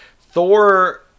Thor